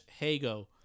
Hago